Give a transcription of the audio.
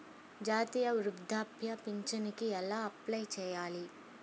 జాతీయ వృద్ధాప్య పింఛనుకి ఎలా అప్లై చేయాలి?